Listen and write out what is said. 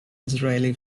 israeli